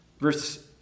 verse